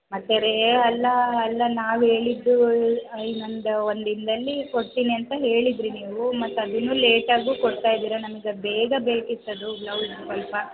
ಮತ್ತೆ ರೇ ಅಲ್ಲ ಅಲ್ಲ ನಾವು ಹೇಳಿದ್ದು ಇನ್ನೊಂದು ಒಂದು ದಿನದಲ್ಲಿ ಕೊಡ್ತೀನಿ ಅಂತ ಹೇಳಿದ್ದಿರಿ ನೀವು ಮತ್ತು ಅದನ್ನೂ ಲೇಟಾಗೂ ಕೊಡ್ತಾ ಇದ್ದೀರ ನಮಗದು ಬೇಗ ಬೇಕಿತ್ತದು ಬ್ಲೌಸ್ ಸ್ವಲ್ಪ